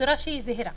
ובצורה שהיא זהירה.